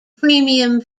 premium